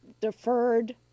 deferred